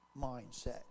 mindset